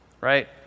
right